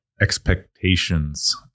expectations